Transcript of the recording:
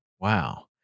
Wow